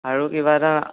আৰু কিবা এটা